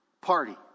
party